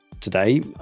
Today